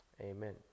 Amen